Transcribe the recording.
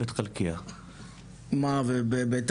בית חלקיה.